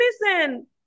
listen